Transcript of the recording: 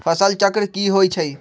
फसल चक्र की होइ छई?